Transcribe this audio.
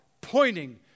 pointing